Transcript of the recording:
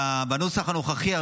בנוסח הנוכחי המוצע,